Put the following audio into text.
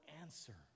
answer